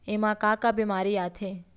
एमा का का बेमारी आथे?